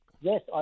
Yes